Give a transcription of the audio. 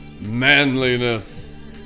manliness